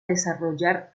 desarrollar